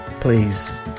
Please